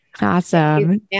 Awesome